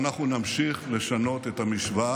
ואנחנו נמשיך לשנות את המשוואה.